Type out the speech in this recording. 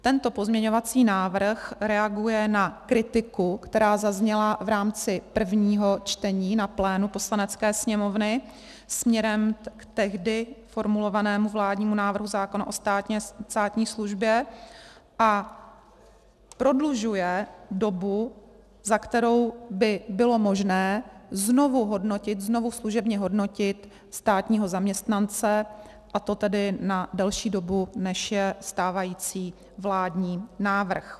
Tento pozměňovací návrh reaguje na kritiku, která zazněla v rámci prvního čtení na plénu Poslanecké sněmovny směrem k tehdy formulovanému vládnímu návrhu zákona o státní službě, a prodlužuje dobu, za kterou by bylo možné znovu služebně hodnotit státního zaměstnance, a to na delší dobu, než je stávající vládní návrh.